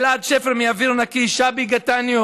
אלעד שפר מ"אוויר נקי"; שבי גטניו